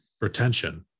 retention